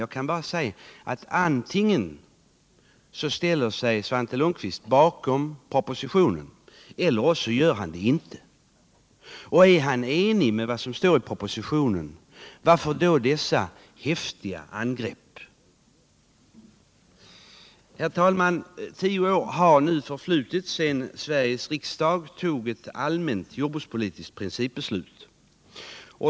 Jag vill bara säga att antingen ställer sig Svante Lundkvist bakom propositionen eller också gör han det inte. Om han ställer sig bakom propositionen — varför då dessa häftiga angrepp? Herr talman! Tio år har nu förflutit sedan Sveriges riksdag fattade ett allmänt jordbrukspolitiskt principbeslut.